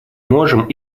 может